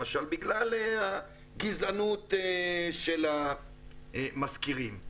למשל, בגלל הגזענות של המשכירים.